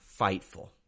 Fightful